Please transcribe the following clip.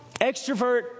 Extrovert